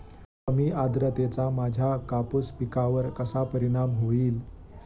कमी आर्द्रतेचा माझ्या कापूस पिकावर कसा परिणाम होईल?